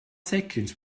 seconds